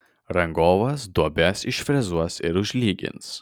rangovas duobes išfrezuos ir užlygins